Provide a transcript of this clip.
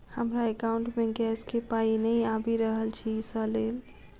हमरा एकाउंट मे गैस केँ पाई नै आबि रहल छी सँ लेल?